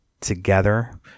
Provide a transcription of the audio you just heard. together